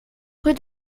rue